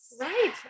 right